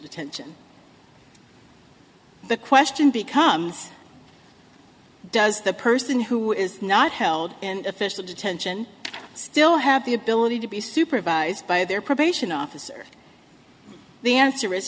detention the question becomes does the person who is not held in official detention still have the ability to be supervised by their probation officer the answer is